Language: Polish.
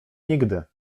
nigdy